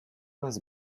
was